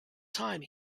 time